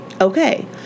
okay